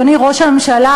אדוני ראש הממשלה,